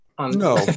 No